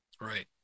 Right